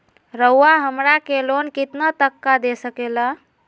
रउरा हमरा के लोन कितना तक का दे सकेला?